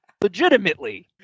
legitimately